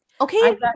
Okay